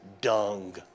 dung